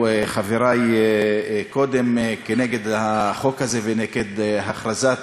חברי קודם כנגד החוק הזה וכנגד הכרזת